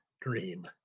dream